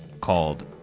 called